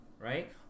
right